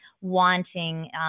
wanting